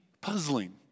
puzzling